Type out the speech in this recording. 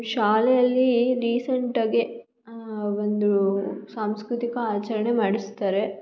ಶಾಲೆಯಲ್ಲಿ ರೀಸೆಂಟಗಿ ಒಂದು ಸಾಂಸ್ಕೃತಿಕ ಆಚರಣೆ ಮಾಡಿಸ್ತಾರೆ